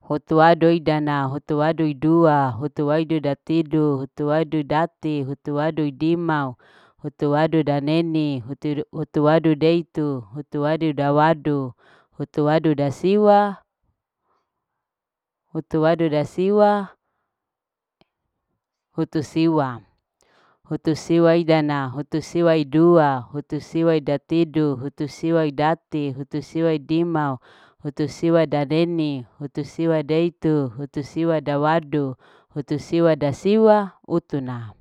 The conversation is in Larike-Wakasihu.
hutu wadu idana. hutu wadu idua hutu wadu ida tidu hutu hutu wadu idati hutu wadu idimau hutu wadu ida neni hutu wdu deitu hutu wadu uda waduhutu wadu ida siwa hutu waduuda siwa. hutu siwa. hutu siwa hidana huti siwa idua hutu siwa ide tidu hutu siwa idati huti siwa idimau hutu siwa dadeni hutu siwa ideitu hutu siwa dawadu hutu siwa dasiwa utuna.